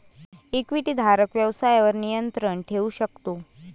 इक्विटीधारक व्यवसायावर नियंत्रण ठेवू शकतो